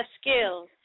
skills